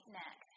neck